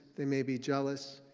they may be jealous.